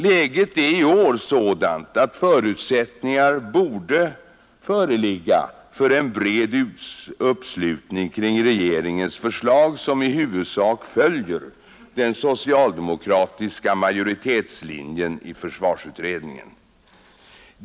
Läget är i år sådant att förutsättningar borde föreligga för en bred uppslutning kring regeringens förslag, som huvudsakligen följer den socialdemokratiska majoritetslinjen i försvarsutredningen.